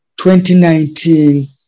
2019